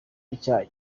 icyaha